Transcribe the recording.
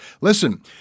Listen